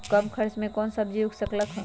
कम खर्च मे कौन सब्जी उग सकल ह?